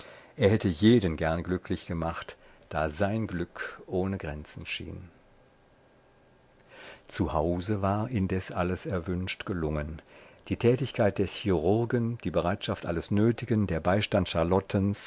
er hätte jeden gern glücklich gemacht da sein glück ohne grenzen schien zu hause war indes alles erwünscht gelungen die tätigkeit des chirurgen die bereitschaft alles nötigen der